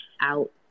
out